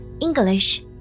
English